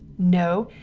no,